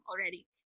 already